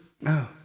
No